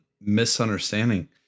misunderstanding